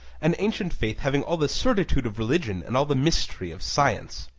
an ancient faith having all the certitude of religion and all the mystery of science.